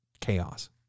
chaos